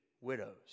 widows